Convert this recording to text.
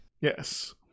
yes